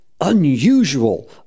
unusual